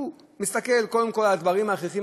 הוא מסתכל קודם כול על הדברים ההכרחיים,